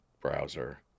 browser